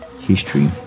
history